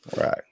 Right